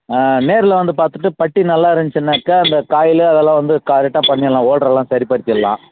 நேரில் வந்து பார்த்துட்டு பட்டி நல்லா இருந்துச்சுனாக்கா இந்த காயிலு அதெல்லாம் வந்து கரெக்ட்டாக பண்ணிடலாம் ஓல்டரெலாம் சரி படுத்தியெல்லாம்